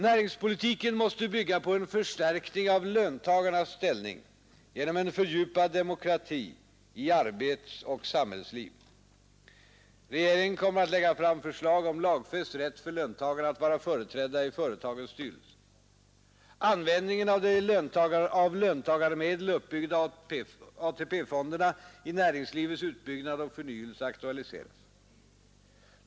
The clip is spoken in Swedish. Näringspolitiken måste bygga på en förstärkning av löntagarnas ställning genom en fördjupad demokrati i arbetsoch samhällsliv. Regeringen kommer att lägga fram förslag om lagfäst rätt för löntagarna att vara företrädda i företagens styrelser. Användningen av de av löntagarmedel uppbyggda AP-fonderna i näringslivets utbyggnad och förnyelse aktualiseras.